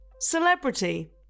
Celebrity